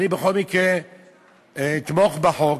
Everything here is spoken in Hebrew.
אני בכל מקרה אתמוך בחוק,